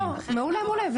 לא, לא, מעולה, מעולה.